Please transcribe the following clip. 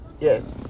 yes